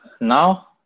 now